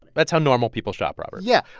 that's how normal people shop, robert yeah.